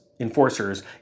Enforcers